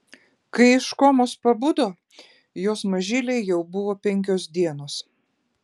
kai iš komos pabudo jos mažylei jau buvo penkios dienos